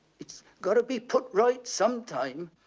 it's gotta be put right sometime.